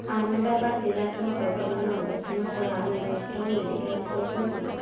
আহমেদাবাদ জিলাত মোৰ বৰ্তমানৰ অৱস্থানৰ পৰা নিকটতম মেডিকেল ষ্ট'ৰ কোনখন